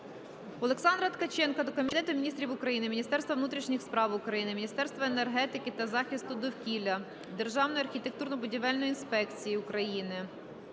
Олександра Ткаченка до Кабінету Міністрів України, Міністерства внутрішніх справ України, Міністерства енергетики та захисту довкілля, Державної архітектурно-будівельної інспекції України,